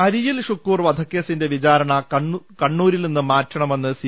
അരിയിൽ ഷുക്കൂർ വധക്കേസിന്റെ വിചാരണ കണ്ണൂരിൽ നിന്ന് മാറ്റണമെന്ന് സി